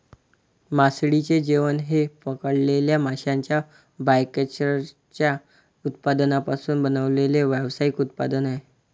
मासळीचे जेवण हे पकडलेल्या माशांच्या बायकॅचच्या उत्पादनांपासून बनवलेले व्यावसायिक उत्पादन आहे